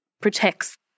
protects